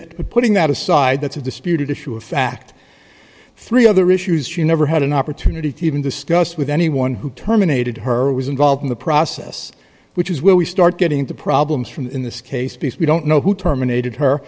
but putting that aside that's a disputed issue of fact three other issues she never had an opportunity to even discuss with anyone who terminated her was involved in the process which is where we start getting into problems from in this case because we don't know who terminated her